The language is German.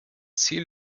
ziel